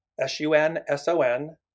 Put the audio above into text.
S-U-N-S-O-N